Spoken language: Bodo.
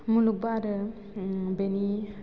मुलुग बादो बेनि